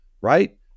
right